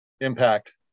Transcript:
impact